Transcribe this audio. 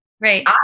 Right